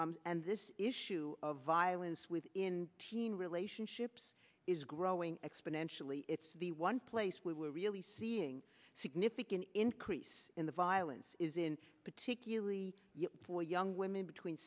faster and this issue of violence within teen relationships is growing exponentially it's the one place we were really seeing significant increase in the violence is in particularly for young women between